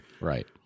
Right